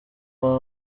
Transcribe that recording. waba